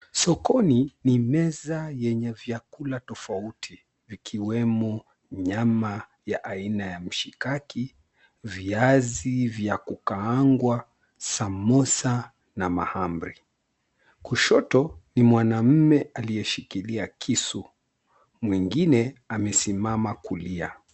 Sokoni ni meza yenye vyakula tofauti vikiwemo nyama ya aina ya mshikaki, viazi vya kukaangwa, samosa na mahamri. Kushoto ni mwanaume aliyeshikilia kisu. Mwingine amesimama kulia.